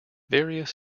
various